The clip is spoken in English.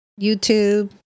YouTube